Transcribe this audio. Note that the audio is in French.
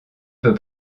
peu